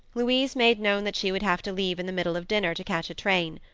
louise made known that she would have to leave in the middle of dinner to catch a train.